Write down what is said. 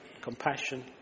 compassion